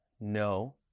no